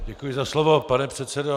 Děkuji za slovo, pane předsedo.